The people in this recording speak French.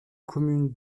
communes